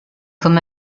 comme